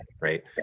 right